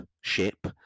ship